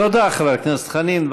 תודה, חבר הכנסת חנין.